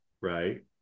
right